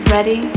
Ready